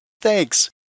Thanks